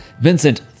Vincent